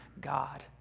God